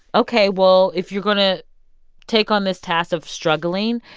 ok, well, if you're going to take on this task of struggling,